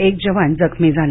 एक जवान जखमी झाला